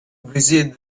visit